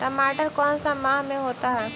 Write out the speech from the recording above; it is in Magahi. टमाटर कौन सा माह में होता है?